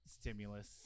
stimulus